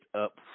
up